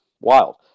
wild